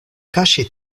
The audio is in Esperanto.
kaŝi